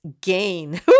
gain